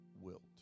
wilt